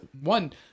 one